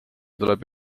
tuleb